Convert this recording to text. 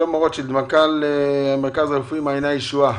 שלמה רוטשילד, מנכ"ל המרכז הרפואי מעייני הישועה